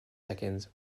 seconds